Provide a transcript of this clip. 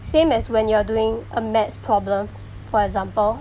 same as when you're doing a maths problem for example